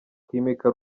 kwimika